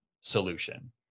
solution